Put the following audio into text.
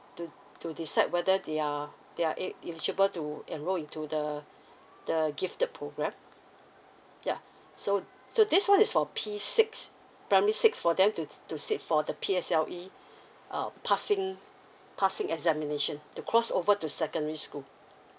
to to decide whether they are they are eligible to enroll into the the gifted program ya so so this one is for p six primary six for them to to sit for the P_S_L_E uh passing passing examination to cross over to secondary school